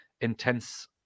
intense